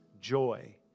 joy